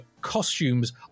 costumes